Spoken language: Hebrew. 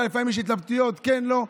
אתה יודע, לפעמים באמת יש התלבטויות, כן או לא.